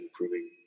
improving